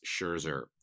Scherzer